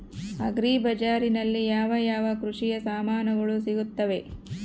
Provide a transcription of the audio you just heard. Agri ಬಜಾರಿನಲ್ಲಿ ಯಾವ ಯಾವ ಕೃಷಿಯ ಸಾಮಾನುಗಳು ಸಿಗುತ್ತವೆ?